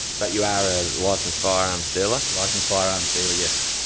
but you are a licenced firearms dealer? licenced firearms dealer, yes.